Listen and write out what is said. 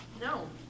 No